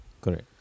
Correct